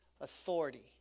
authority